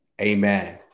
amen